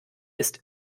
ist